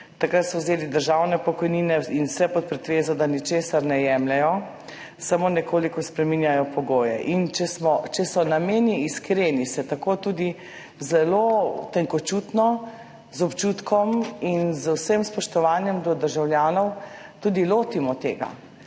takrat so vzeli državne pokojnine in vse pod pretvezo, da ničesar ne jemljejo, samo nekoliko spreminjajo pogoje. In če so nameni iskreni, se tako tudi zelo tenkočutno, z občutkom in z vsem spoštovanjem do državljanov, tudi lotimo tega,